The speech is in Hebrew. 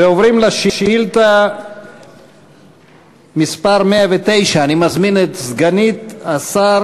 ועוברים לשאילתה 109. אני מזמין את סגנית שר